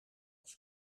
als